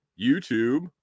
YouTube